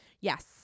Yes